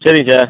சரிங்க சேரி